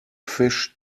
fish